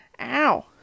ow